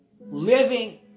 living